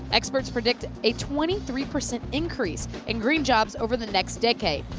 experts predict a twenty three percent increase in green jobs over the next decade.